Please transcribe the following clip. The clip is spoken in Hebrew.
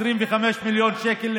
25 מיליון שקל,